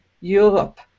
Europe